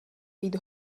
být